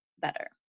better